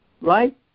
right